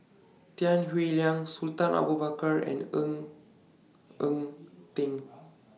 Tan Howe Liang Sultan Abu Bakar and Ng Eng Teng